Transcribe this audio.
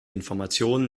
informationen